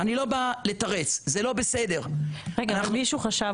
אני לא בא לתרץ; זה לא בסדר --- מישהו חשב,